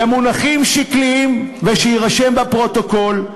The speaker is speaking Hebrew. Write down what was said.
במונחים שקליים, ושיירשם בפרוטוקול,